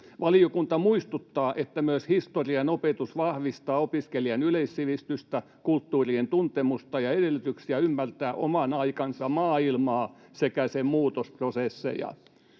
Valiokunta muistuttaa, että myös historian opetus vahvistaa opiskelijan yleissivistystä, kulttuurien tuntemusta ja edellytyksiä ymmärtää oman aikansa maailmaa sekä sen muutosprosesseja.”